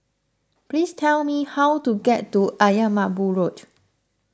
please tell me how to get to Ayer Merbau Road